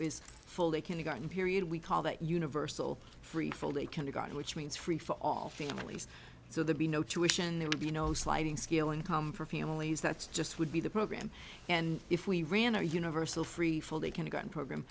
is full day kindergarten period we call that universal free full day kindergarten which means free for all families so the be no jewish and there would be no sliding scale income for families that's just would be the program and if we ran our universal free full day kindergarten program